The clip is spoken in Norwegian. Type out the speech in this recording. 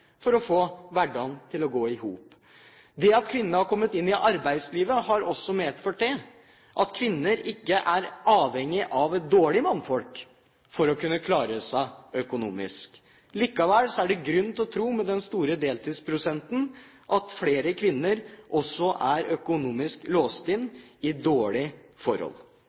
for å få hverdagen til å gå i hop. Det at kvinnene har kommet inn i arbeidslivet, har også medført at kvinner ikke er avhengig av dårlige mannfolk for å kunne klare seg økonomisk. Likevel er det grunn til å tro at med den store deltidsprosenten er flere kvinner økonomisk låst inne i dårlige forhold.